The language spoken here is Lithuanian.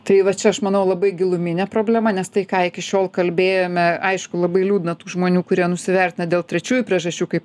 tai va čia aš manau labai giluminė problema nes tai ką iki šiol kalbėjome aišku labai liūdna tų žmonių kurie nusivertina dėl trečiųjų priežasčių kaip